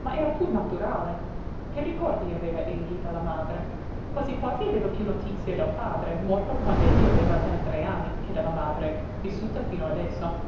ma era pur naturale che ricordi aveva egli della madre quasi quasi aveva piú notizie del padre morto quand'egli aveva appena tre anni che della madre vissuta fino adesso